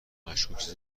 مشکوکه